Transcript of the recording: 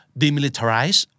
demilitarize